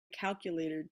calculator